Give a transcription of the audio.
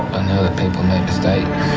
that people make mistakes